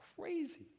Crazy